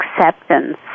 acceptance